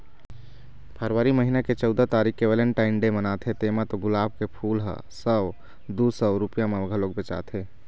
फरवरी महिना के चउदा तारीख के वेलेनटाइन डे मनाथे तेमा तो गुलाब के फूल ह सौ दू सौ रूपिया म घलोक बेचाथे